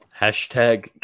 Hashtag